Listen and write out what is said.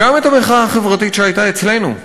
וגם את המחאה החברתית שהייתה אצלנו,